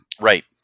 Right